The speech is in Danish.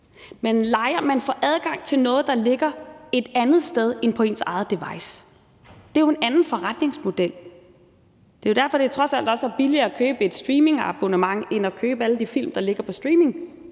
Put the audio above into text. jo ikke; man får adgang til noget, der ligger et andet sted end på ens eget device. Det er jo en anden forretningsmodel, og det er jo derfor, at det trods alt også er billigere at købe et streamingabonnement end at købe alle de film, der ligger på streamingplatformen.